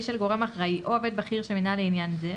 של גורם אחראי או עובד בכיר שמינה לעניין זה,